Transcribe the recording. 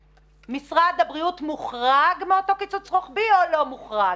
משרד הבריאות מוחרג מאותו קיצוץ רוחבי או לא מוחרג?